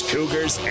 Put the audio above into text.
Cougars